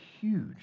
huge